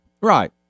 right